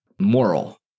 moral